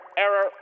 error